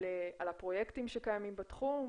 על הפרויקטים שקיימים בתחום,